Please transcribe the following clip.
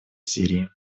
сирии